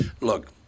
look